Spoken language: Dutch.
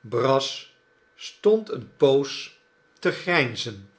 brass stond eene poos te grijnzen